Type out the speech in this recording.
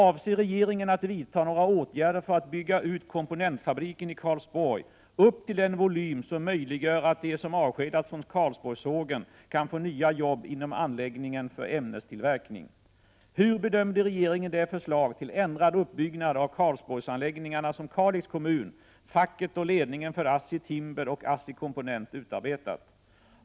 Avser regeringen att vidta några åtgärder för att bygga ut komponentfabriken i Karlsborg upp till den volym som möjliggör att de som avskedas från Karlsborgssågen kan få nya jobb inom anläggningen för ämnestillverkning? 4. Hur bedömde regeringen det förslag till ändrad uppbyggnad av Karlsborgsanläggningarna som Kalix kommun, facket och ledningen för ASSI Timber och ASSI Komponent utarbetat? 5.